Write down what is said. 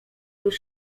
już